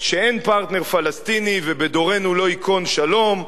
שאין פרטנר פלסטיני ובדורנו לא ייכון שלום,